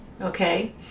okay